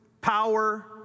power